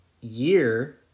year